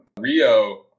Rio